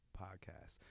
podcast